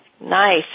Nice